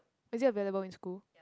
is it available in school